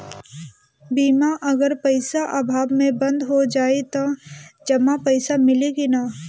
बीमा अगर पइसा अभाव में बंद हो जाई त जमा पइसा मिली कि न?